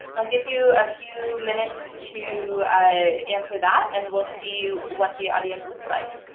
i'll give you a few minutes to answer that, and we'll see what the audience looks like.